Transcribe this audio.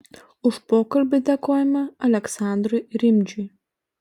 už pokalbį dėkojame aleksandrui rimdžiui